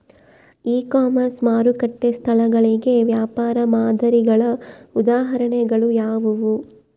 E commerce ಮಾರುಕಟ್ಟೆ ಸ್ಥಳಗಳಿಗೆ ವ್ಯಾಪಾರ ಮಾದರಿಗಳ ಉದಾಹರಣೆಗಳು ಯಾವುವು?